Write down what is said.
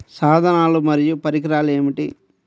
సాధనాలు మరియు పరికరాలు ఏమిటీ?